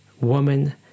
woman